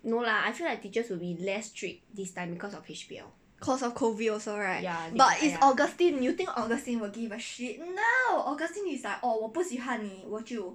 no lah I feel like teachers will be less strict this time because of H_B_L ya